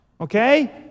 okay